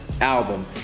Album